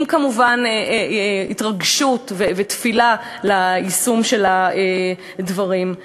כמובן עם התרגשות ותפילה ליישום של הדברים.